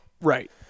Right